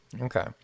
okay